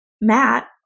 Matt